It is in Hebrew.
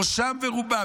ראשם ורובם,